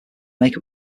make